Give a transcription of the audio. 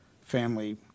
family